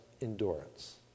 endurance